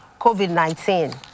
COVID-19